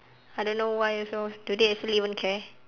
I don't know why also do they actually even care